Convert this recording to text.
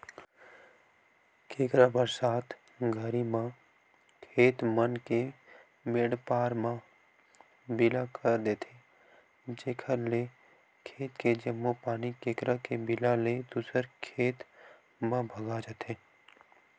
केंकरा बरसात घरी म खेत मन के मेंड पार म बिला कर देथे जेकर ले खेत के जम्मो पानी केंकरा के बिला ले दूसर के खेत म भगा जथे